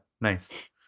Nice